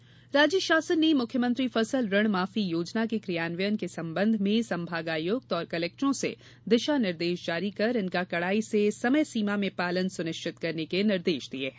ऋणमाफी योजना राज्य शासन ने मुख्यमंत्री फसल ऋण माफी योजना के क्रियान्वयन के संबंध में संभागायक्त और कलेक्टरों से दिशा निर्देश जारी कर इनका कड़ाई से समय सीमा में पालन सुनिश्चित करने के निर्देश दिए हैं